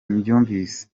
mbyumvise